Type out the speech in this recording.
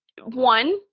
one